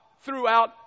throughout